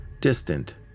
distant